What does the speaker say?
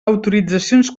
autoritzacions